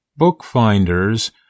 Bookfinders